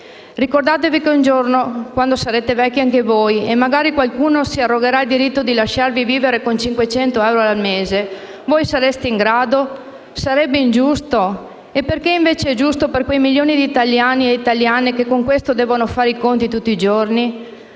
Ricordatevi che un giorno sarete vecchi anche voi e magari qualcuno si arrogherà il diritto di farvi vivere con 500 euro al mese. Voi sareste in grado? Sarebbe ingiusto? E perché invece è giusto per quei milioni di italiani e italiane che devono fare i conti tutti i giorni